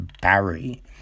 Barry